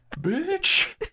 Bitch